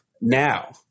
Now